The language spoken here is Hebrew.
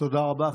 תודה רבה.